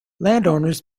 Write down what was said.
landowners